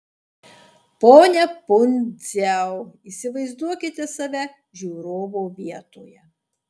pone pundziau įsivaizduokite save žiūrovo vietoje